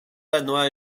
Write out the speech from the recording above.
enwau